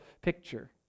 picture